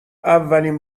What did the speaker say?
اولین